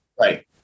right